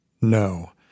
No